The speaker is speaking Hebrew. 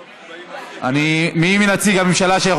מי נציג הממשלה?